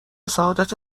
سعادت